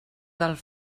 del